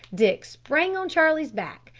dick sprang on charlie's back,